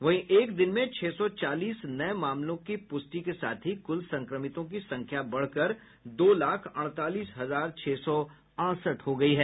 वहीं एक दिन में छह सौ चालीस नये मामलों की पुष्टि के साथ ही कुल संक्रमितों की संख्या बढ़कर दो लाख अड़तालीस हजार छह सौ अड़सठ हो गयी है